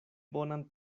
bonan